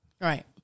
Right